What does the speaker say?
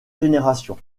génération